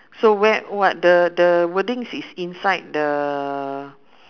so where what the the wordings is inside the